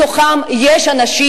בתוכם יש אנשים,